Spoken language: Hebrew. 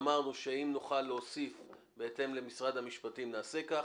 ואמרנו שאם נוכל להוסיף בהתאם למשרד המשפטים נעשה כך.